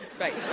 Right